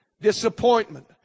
disappointment